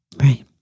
Right